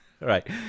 right